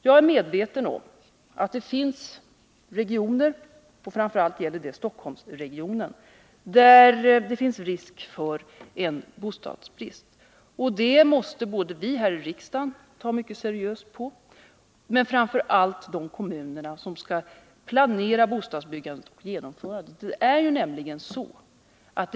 Jag är medveten om att det i vissa regioner — framför allt gäller det Stockholmsregionen — finns risk för en bostadsbrist. Det måste både vi här i riksdagen och framför allt kommunerna, som skall planera bostadsbyggandet och genomföra det, ta mycket seriöst på.